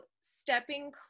stepping